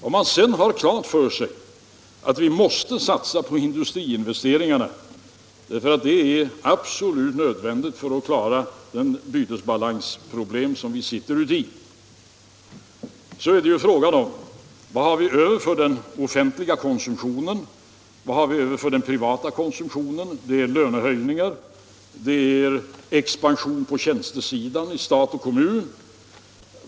Om man sedan har klart för sig att vi måste satsa på industriinvesteringarna, därför att det är absolut nödvändigt för att klara problemen i fråga om bytesbalansen, frågar man sig: Vad har vi över för den offentliga konsumtionen, och vad har vi över för den privata konsumtionen, dvs. för lönehöjningar och för expansion på tjänstesidan i stat och kommun?